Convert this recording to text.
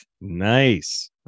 Nice